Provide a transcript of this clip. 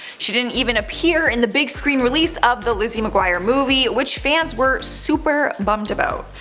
she didn't even appear in the big screen release of the lizzie mcguire movie, which fans were super bummed about.